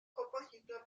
composition